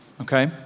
okay